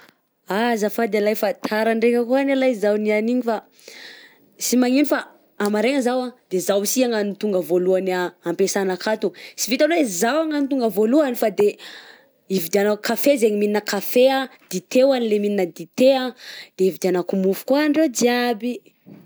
Azafady ah lahy fa tara ndraika ko agnie lahy zaho niany igny fa sy magnino fa amaraigna zaho a, de zaho si agnano tonga voalohany ampesana akato sy vitan'ny oe zah agnano tonga voalohany fa de ividianako kafe zegny mihignagna kafe, dite hoan'le mihignana dite a de vidianako mofo koa andreo jiaby.